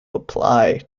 apply